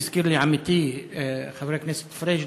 שהזכיר לי עמיתי חבר הכנסת פריג',